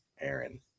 Aaron